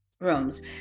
rooms